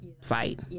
fight